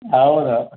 ಹೌದೌದು